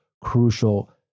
crucial